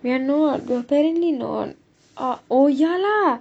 we are not we're apparently not o~ oh ya lah